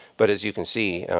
but as you can see,